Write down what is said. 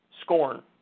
scorn